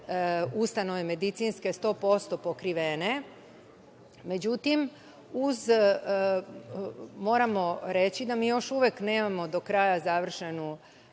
ustanove medicinske sto posto pokrivene. Međutim, moramo reći da mi još uvek nemamo do kraja završenu